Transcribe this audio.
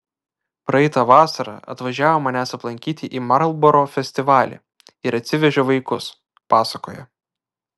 praeitą vasarą atvažiavo manęs aplankyti į marlboro festivalį ir atsivežė vaikus pasakoja